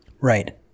Right